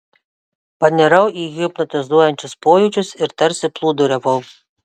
panirau į hipnotizuojančius pojūčius ir tarsi plūduriavau